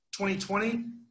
2020